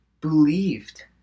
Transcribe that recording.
believed